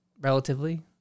relatively